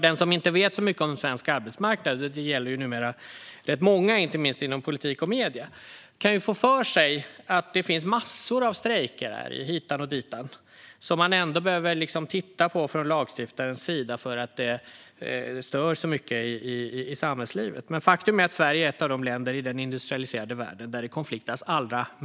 Den som inte vet så mycket om svensk arbetsmarknad - och det gäller numera rätt många, inte minst inom politik och medier - skulle självklart kunna få för sig att det finns massor av strejker hit och dit som man från lagstiftarens sida ändå behöver titta på eftersom de stör så mycket i samhällslivet. Men faktum är att Sverige är ett av de länder i den industrialiserade världen där det är allra minst konflikter.